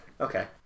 Okay